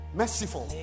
merciful